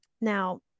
Now